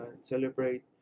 celebrate